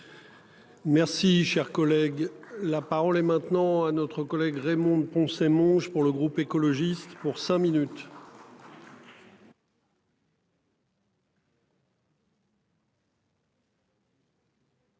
Merci, cher collègue, la parole est maintenant à notre collègue Raymonde Poncet moche pour le groupe écologiste pour cinq minutes.